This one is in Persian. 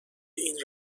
این